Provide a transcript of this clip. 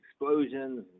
explosions